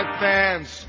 fans